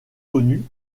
connu